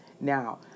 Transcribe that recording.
Now